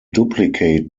duplicate